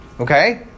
Okay